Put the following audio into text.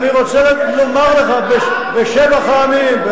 אני רוצה לומר לך, בשבח העמים,